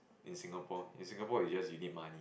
in Singapore in Singapore is just you need money